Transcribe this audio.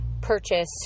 purchase